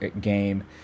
game